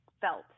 felt